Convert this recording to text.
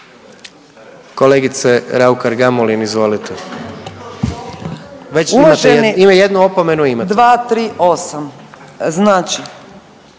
Kolegice Raukar Gamulin izvolite. Već imate, jednu opomenu imate.